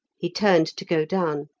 he turned to go down,